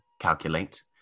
calculate